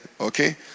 okay